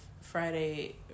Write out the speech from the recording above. friday